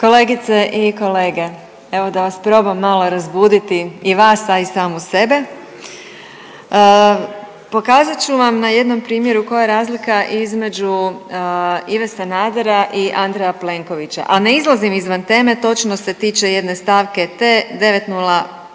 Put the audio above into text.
Kolegice i kolege, evo da vas probam malo razbuditi i vas, a i samu sebe. Pokazat ću vam na jednom primjeru koja je razlika između Ive Sanadera i Andreja Plenkovića, a ne izlazim izvan teme. Točno se tiče jedne stavke T905050.